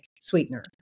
sweetener